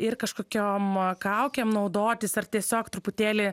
ir kažkokiom kaukėm naudotis ar tiesiog truputėlį